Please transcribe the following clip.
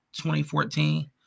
2014